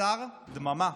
השר, דממה,